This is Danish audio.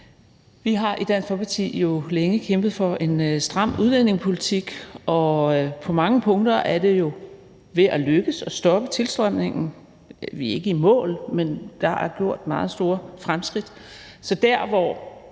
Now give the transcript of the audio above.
Vi har i Dansk Folkeparti jo længe kæmpet for en stram udlændingepolitik, og på mange punkter er det jo ved at lykkes at stoppe tilstrømningen. Vi er ikke i mål, men der er gjort meget store fremskridt.